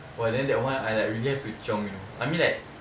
!wah! then that one I like really have to chiong you know I mean like